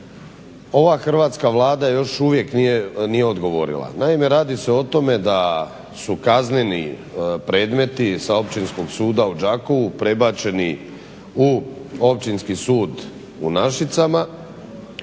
ova Hrvatska vlada još uvijek nije odgovorila. Naime, radi se o tome da su kazneni predmeti sa Općinskog suda u Đakovu prebačeni u Općinski sud u Našicama.